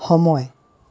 সময়